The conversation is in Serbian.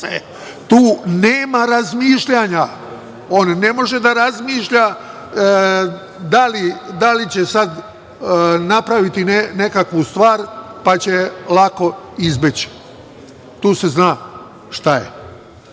Tu nema razmišljanja. On ne može da razmišlja da li će sad napraviti nekakvu stvar, pa će lako izbeći. Tu se zna šta je.